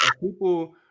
people